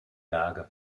lage